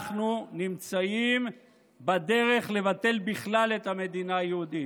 אנחנו נמצאים בדרך לבטל בכלל את המדינה היהודית.